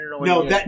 No